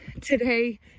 today